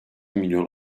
milyon